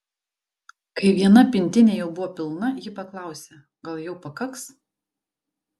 kai viena pintinė jau buvo pilna ji paklausė gal jau pakaks